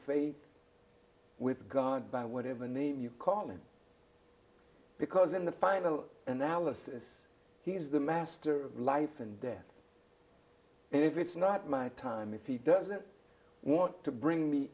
faith with god by whatever name you call him because in the final analysis he is the master of life and death and if it's not my time if he doesn't want to bring me